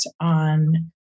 on